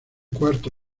cuarto